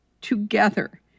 together